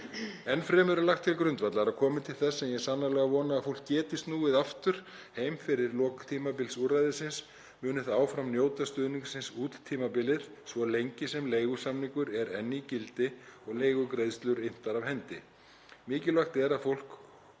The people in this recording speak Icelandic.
Enn fremur er lagt til grundvallar að komi til þess, sem ég sannarlega vona, að fólk geti snúið aftur heim fyrir lok tímabils úrræðisins muni það áfram njóta stuðningsins út tímabilið svo lengi sem leigusamningur er enn í gildi og leigugreiðslur inntar af hendi.